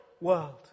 world